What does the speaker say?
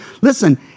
Listen